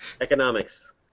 Economics